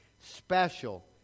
special